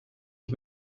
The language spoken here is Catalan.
els